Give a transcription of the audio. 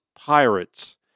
Pirates